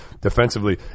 defensively